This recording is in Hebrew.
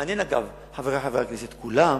מעניין, אגב, חברי חברי הכנסת, כולם